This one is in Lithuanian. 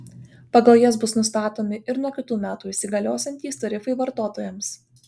pagal jas bus nustatomi ir nuo kitų metų įsigaliosiantys tarifai vartotojams